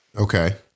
Okay